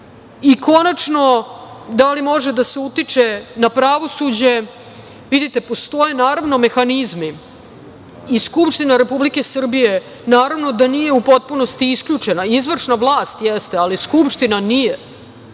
Konačno, da li može da se utiče na pravosuđe, vidite postoje mehanizmi i Skupština Republike Srbije naravno da nije u potpunosti isključena, izvršna vlast jeste, ali Skupština nije.